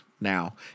now